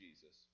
Jesus